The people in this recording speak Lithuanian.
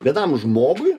vienam žmogui